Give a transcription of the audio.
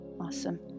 awesome